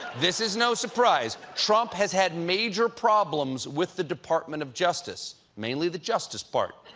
this is no surprise. trump has had major problems with the department of justice. mainly, the justice part.